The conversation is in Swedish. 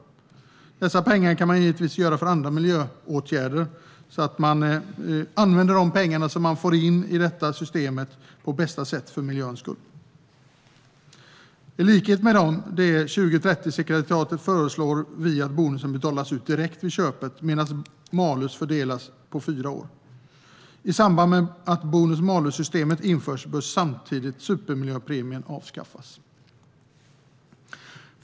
För dessa pengar kan man givetvis vidta andra miljöåtgärder. Då används de pengar man får in genom detta system på bästa sätt för miljön. I likhet med 2030-sekretariatet föreslår vi att bonus betalas ut direkt vid köpet medan malus fördelas på fyra år. I samband med att bonus-malus-systemet införs bör supermiljöbilspremien avskaffas.